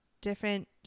different